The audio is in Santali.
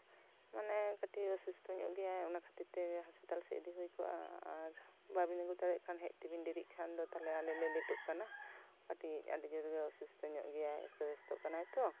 ᱢᱟᱱᱮ ᱠᱟᱹᱴᱤᱡ ᱚᱥᱩᱥᱛᱷᱚ ᱧᱚᱜ ᱜᱮᱭᱟᱭ ᱚᱱᱟ ᱠᱷᱟᱹᱛᱤᱨ ᱛᱮ ᱤᱭᱟᱹ ᱦᱟᱥᱯᱟᱛᱟᱞ ᱥᱮᱫ ᱤᱫᱤ ᱦᱩᱭ ᱠᱚᱜᱼᱟ ᱟᱨ ᱵᱟᱵᱤᱱ ᱟ ᱜᱩ ᱫᱟᱲᱮᱭᱟᱜ ᱠᱷᱟᱱ ᱦᱮᱡ ᱛᱮᱵᱤᱱ ᱰᱮᱨᱤᱜ ᱠᱷᱟᱱ ᱫᱚ ᱟᱞᱮ ᱞᱮ ᱞᱮᱴᱳᱜ ᱠᱟᱱᱟ ᱟᱹᱰᱤ ᱡᱳᱨ ᱜᱮ ᱚᱥᱩᱥᱛᱷᱚ ᱧᱚᱜ ᱜᱮᱭᱟᱭ ᱮᱥᱛᱚ ᱵᱮᱥᱛᱚᱜ ᱠᱟᱱᱟᱭ ᱛᱚ